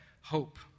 hope